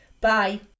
Bye